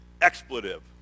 expletive